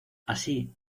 así